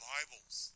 Bibles